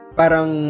parang